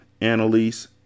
Annalise